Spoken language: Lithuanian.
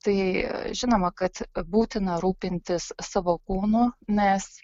tai žinoma kad būtina rūpintis savo kūnu nes